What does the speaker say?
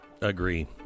Agree